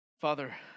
Father